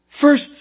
first